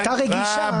לא להפריע,